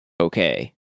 okay